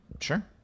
sure